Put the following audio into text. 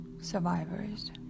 survivors